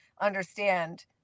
understand